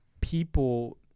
people